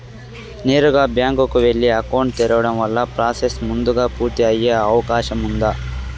నేరుగా బ్యాంకు కు వెళ్లి అకౌంట్ తెరవడం వల్ల ప్రాసెస్ ముందుగా పూర్తి అయ్యే అవకాశం ఉందా?